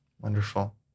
Wonderful